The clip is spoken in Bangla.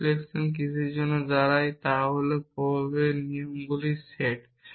ইমপ্লিকেশন কিসের জন্য দাঁড়ায় তা হল প্রভাবের নিয়মগুলির সেট